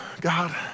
God